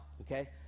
okay